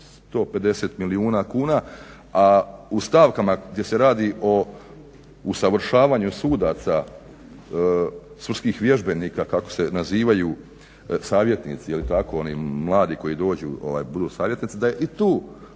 150 milijuna kuna, a u stavkama gdje se radi o usavršavanju sudaca, sudskih vježbenika kako se nazivaju savjetnici je li tako oni mladi koji dođu, budu savjetnici da i tu kažem